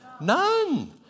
None